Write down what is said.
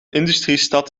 industriestad